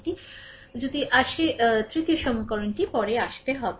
সুতরাং যদি আসে যে তৃতীয় সমীকরণ পরে আসতে হবে